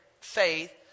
faith